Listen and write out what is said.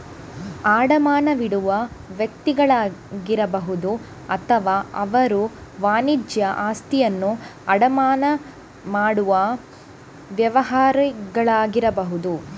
ಅಡಮಾನವಿಡುವ ವ್ಯಕ್ತಿಗಳಾಗಿರಬಹುದು ಅಥವಾ ಅವರು ವಾಣಿಜ್ಯ ಆಸ್ತಿಯನ್ನು ಅಡಮಾನ ಮಾಡುವ ವ್ಯವಹಾರಗಳಾಗಿರಬಹುದು